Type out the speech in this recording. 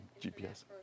GPS